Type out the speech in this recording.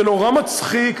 זה נורא מצחיק.